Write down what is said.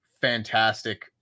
Fantastic